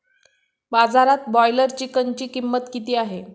बाजारात ब्रॉयलर चिकनची किंमत किती आहे?